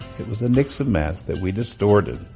it was a nixon mask that we distorted